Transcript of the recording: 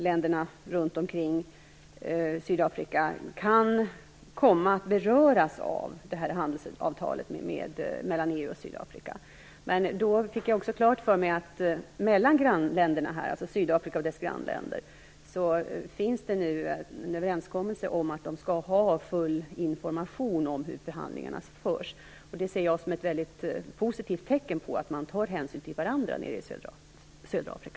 Länderna runt omkring Sydafrika kan komma att beröras av handelsavtalet mellan EU och Vidare fick jag klart för mig att det nu mellan Sydafrika och dess grannländer finns en överenskommelse om att de skall ha full information om hur förhandlingarna förs. Det ser jag som ett positivt tecken på att man tar hänsyn till varandra nere i Södra